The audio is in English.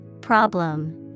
Problem